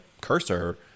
cursor